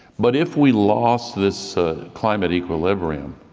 but if we lost this climate equilibrium,